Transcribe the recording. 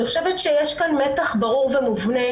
אני חושבת שיש כאן מתח ברור ומובנה